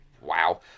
wow